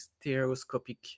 stereoscopic